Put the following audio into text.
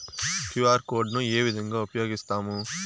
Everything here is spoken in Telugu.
క్యు.ఆర్ కోడ్ ను ఏ విధంగా ఉపయగిస్తాము?